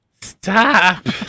Stop